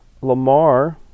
Lamar